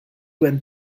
when